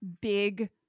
big